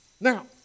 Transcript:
Now